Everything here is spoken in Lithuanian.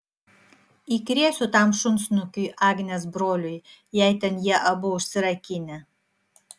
įkrėsiu tam šunsnukiui agnės broliui jei ten jie abu užsirakinę